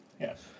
Yes